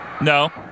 No